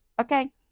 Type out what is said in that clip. okay